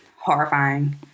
horrifying